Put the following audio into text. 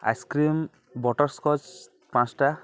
ice cream butterscotch ପାଞ୍ଚଟା